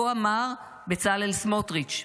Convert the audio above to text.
כה אמר בצלאל סמוטריץ'.